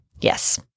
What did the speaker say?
Yes